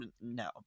no